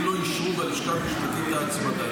אם לא אישרו בלשכה המשפטית את ההצמדה,